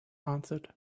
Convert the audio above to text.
answered